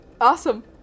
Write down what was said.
Awesome